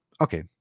Okay